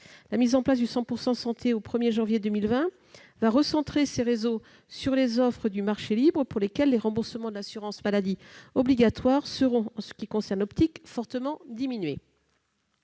La mise en place du 100 % santé au 1 janvier 2020 va recentrer ces réseaux sur les offres du marché libre, pour lesquelles les remboursements de l'assurance maladie obligatoire seront, en ce qui concerne l'optique, fortement diminués.